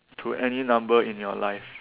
to any number in your life